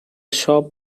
shop